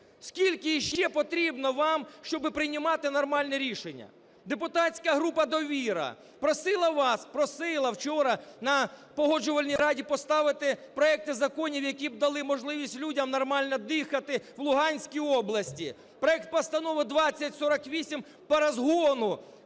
Скільки іще потрібно вам, щоби приймати нормальні рішення? Депутатська група "Довіра" просила вас? Просила вчора на Погоджувальній раді поставити проекти законів, які б дали можливість людям нормально дихати в Луганській області. Проект Постанови 2048 по розгону